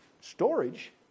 Storage